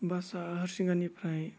बासा हरिसिंगानिफ्राय